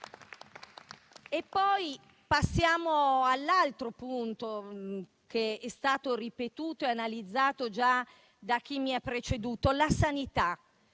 Passiamo ora all'altro punto, che è stato ripetuto e analizzato da chi mi ha preceduto: la sanità.